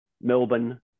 Melbourne